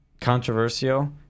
controversial